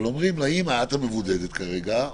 אבל אומרים לאימא: את המבודדת כרגע,